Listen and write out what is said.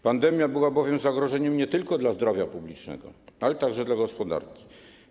Pandemia była bowiem zagrożeniem nie tylko dla zdrowia publicznego, ale także dla gospodarki.